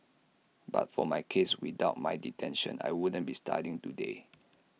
but for my case without my detention I wouldn't be studying today